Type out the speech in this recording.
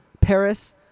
Paris